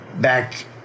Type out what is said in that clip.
back